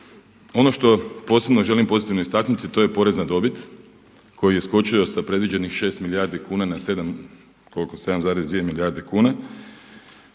Ono što posebno želim pozitivno istaknuti to je porezna dobit koja je iskočila sa predviđenih 6 milijardi kuna na 7,2 milijarde kuna